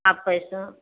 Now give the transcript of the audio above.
आप पैसा